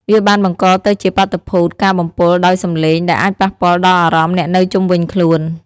វាបានបង្កទៅជាបាតុភូតការបំពុលដោយសំឡេងដែលអាចប៉ះពាល់ដល់អារម្មណ៍អ្នកនៅជុំវិញខ្លួន។